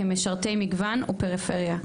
כמשרתי עניין וכפריפריה.